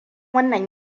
wannan